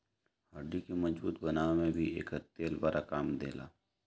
हड्डी के मजबूत बनावे में भी एकर तेल बड़ा काम देला